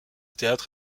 théâtre